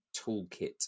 toolkit